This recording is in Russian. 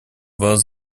вас